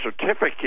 certificate